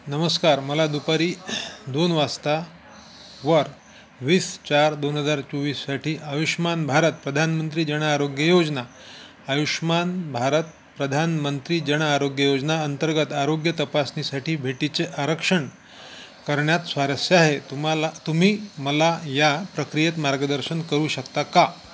नमस्कार मला दुपारी दोन वाजता वर वीस चार दोन हजार चोवीससाठी आयुष्मान भारत प्रधानमंत्री जन आरोग्य योजना आयुष्मान भारत प्रधानमंत्री जन आरोग्य योजना अंतर्गत आरोग्य तपासणीसाठी भेटीचे आरक्षण करण्यात स्वारस्य आहे तुम्हाला तुम्ही मला या प्रक्रियेत मार्गदर्शन करू शकता का